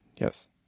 Yes